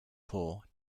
poor